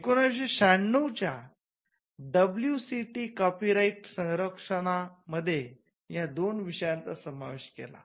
१९९६च्या डब्ल्यूसीटीने कॉपीराइट संरक्षणा मध्ये या दोन विषयांचा समावेश केला